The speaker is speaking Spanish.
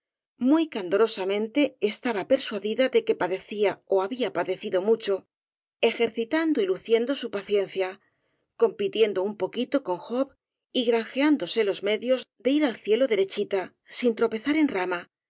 muy candorosamente estaba persuadida de que padecía ó había padecido mucho ejercitando y lu ciendo su paciencia compitiendo un poquito con job y granjeándose los medios de ir al cielo derechita sin tropezar en rama